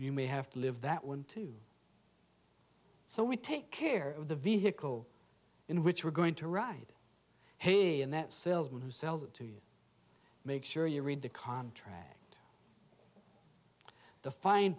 you may have to live that one too so we take care of the vehicle in which we're going to ride here and that salesman who sells it to you make sure you read the contract the fine